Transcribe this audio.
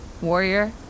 Warrior